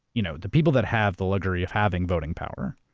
you know the people that have the luxury of having voting power,